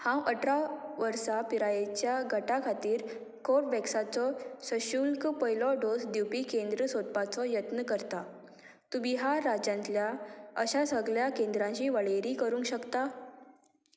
हांव अठरा वर्सां पिरायेच्या गटा खातीर कोवॅक्साचो सशुल्क पयलो डोस दिवपी केंद्र सोदपाचो यत्न करतां तूं बिहार राज्यांतल्या अशा सगळ्या केंद्रांची वळेरी करूंक शकता